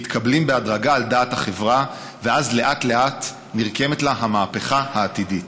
מתקבלים בהדרגה על דעת החברה ואז לאט-לאט נרקמת לה המהפכה העתידית.